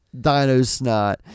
dino-snot